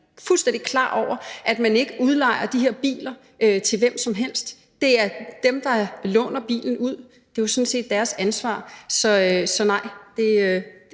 fuldstændig klar over, at man ikke udlejer de her biler til hvem som helst. Det er dem, der låner bilen ud, der sådan set har ansvaret. Så nej,